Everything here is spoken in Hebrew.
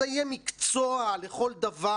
זה יהיה מקצוע לכל דבר.